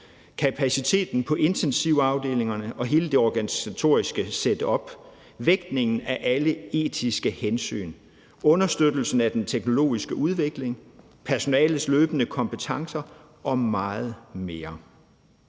kapaciteten på intensivafdelingerne og hele det organisatoriske setup, vægtningen af alle etiske hensyn, understøttelsen af den teknologiske udvikling, personalets løbende kompetencer og meget mere.